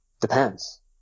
Depends